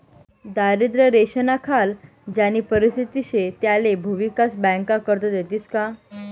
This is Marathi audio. दारिद्र्य रेषानाखाल ज्यानी परिस्थिती शे त्याले भुविकास बँका कर्ज देतीस का?